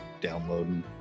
downloading